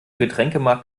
getränkemarkt